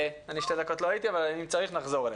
אני שתי דקות לא הייתי אבל אם צריך, נחזור אליך.